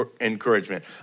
encouragement